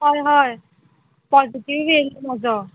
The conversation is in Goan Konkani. हय हय पॉजिटीव येयला म्हाजो